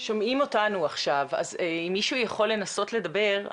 שאלנו שאלות לגבי הצדקה לאיסור של צריכת קנאביס